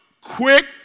Quick